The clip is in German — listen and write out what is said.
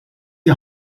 die